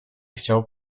chciał